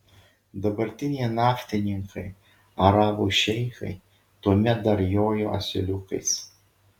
dabartiniai naftininkai arabų šeichai tuomet dar jojo asiliukais